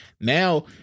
Now